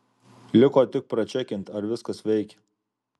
liko tik pračekint ar viskas veikia